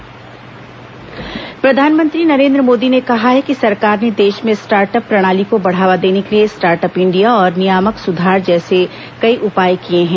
PM start up प्रधानमंत्री नरेन्द्र मोदी ने कहा है कि सरकार ने देश में स्टार्ट अप प्रणाली को बढ़ावा देने के लिए स्टार्ट अप इंडिया और नियामक सुधार जैसे कई उपाय किए हैं